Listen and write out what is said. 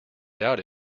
doubt